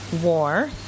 war